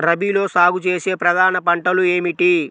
రబీలో సాగు చేసే ప్రధాన పంటలు ఏమిటి?